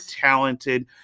talented